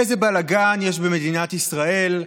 איזה בלגן יש במדינת ישראל,